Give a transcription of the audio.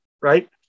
right